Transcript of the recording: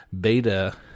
beta